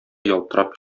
ялтырап